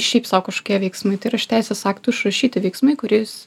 šiaip sau kažkokie veiksmai tai yra iš teisės aktų išrašyti veiksmai kuris